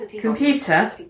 Computer